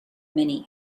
many